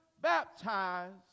baptized